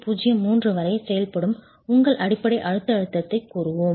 03 வரை செயல்படும் உங்கள் அடிப்படை அழுத்த அழுத்தத்தைக் கூறுவோம்